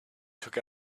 took